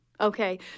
Okay